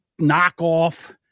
knockoff